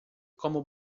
como